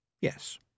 Yes